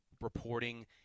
reporting